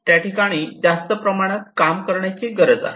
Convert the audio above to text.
त्या ठिकाणी जास्त प्रमाणात काम करण्याची गरज आहे